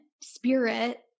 spirit